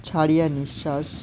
ছাড়িয়া নিঃশ্বাস